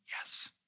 yes